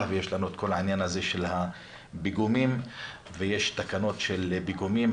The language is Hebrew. ויש לנו את העניין של הפיגומים ויש תקנות של פיגומים.